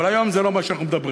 אבל היום זה לא מה שאנחנו מדברים.